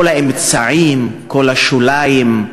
כל האמצעים, כל השוליים,